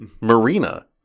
Marina